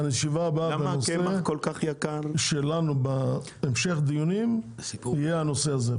הישיבה הבאה בנושא שלנו בהמשך דיונים תהיה בנושא הזה.